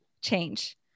change